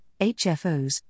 HFOs